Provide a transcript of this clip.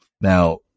Now